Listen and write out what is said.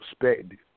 perspective